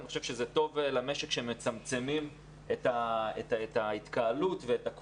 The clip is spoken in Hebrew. אני חושב שזה טוב למשק שמצמצמים את ההתקהלות ולא